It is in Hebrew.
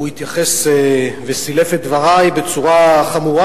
הוא התייחס וסילף את דברי בצורה חמורה,